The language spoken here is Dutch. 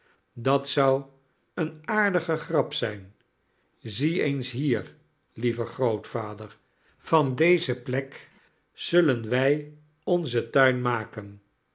dat zou eene aardige grap zijn zie eens hier lieve grootvader van deze plek zullen wij onzen tuin maken